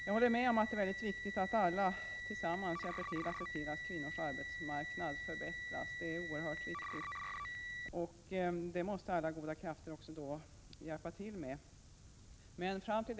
Jag håller med om att det är mycket viktigt att alla tillsammans hjälper till att se till att kvinnors arbetsmarknad förbättras. Det är oerhört viktigt att så sker, och här måste alla goda krafter hjälpa till.